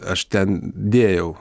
aš ten dėjau